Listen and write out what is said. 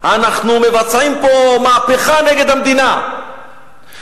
אנחנו מבצעים פה מהפכה נגד המדינה,